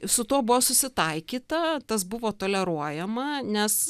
su tuo buvo susitaikyta tas buvo toleruojama nes